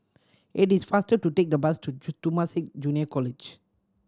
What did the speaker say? it is faster to take the bus to Temasek Junior College